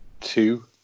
Two